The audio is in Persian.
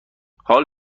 حال